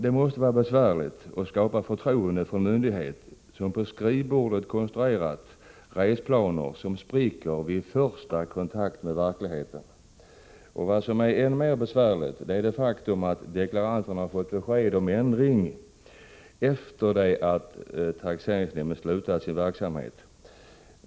Det måste vara besvärligt att skapa förtroende för en myndighet som vid skrivbordet konstruerat resplaner som spricker vid första kontakt med verkligheten. Vad som är än mer besvärligt är det faktum att deklaranter fått besked om avvikelser från deklarationen efter det att taxeringsnämnden avslutat sitt arbete.